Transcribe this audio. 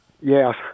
Yes